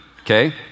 okay